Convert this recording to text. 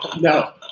No